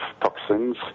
toxins